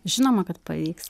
žinoma kad pavyks